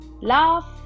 laugh